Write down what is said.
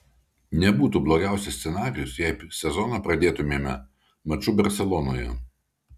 nebūtų blogiausias scenarijus jei sezoną pradėtumėme maču barselonoje